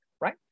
right